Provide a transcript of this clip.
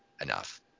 enough